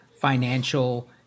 financial